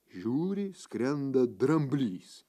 žiūri skrenda dramblys